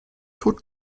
tut